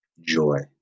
joy